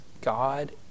God